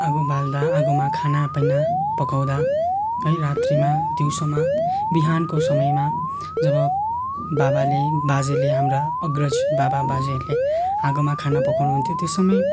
आगो बाल्दा आगोमा खानापिना पकाउँदा है रात्रिमा दिउँसोमा बिहानको समयमा जब बाबाले बाजेले हाम्रा अग्रज बाबा बाजेहरूले आगोमा खाना पकाउनु हुन्थ्यो त्यो समय